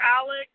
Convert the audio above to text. Alex